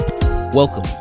Welcome